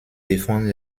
défendre